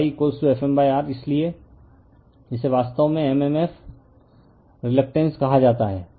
तो FmR इसलिए इसे वास्तव में mmf रीलकटेन्स कहा जाता है